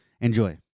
Enjoy